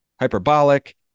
hyperbolic